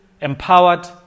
empowered